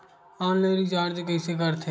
Online recharge कइसे करथे?